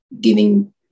giving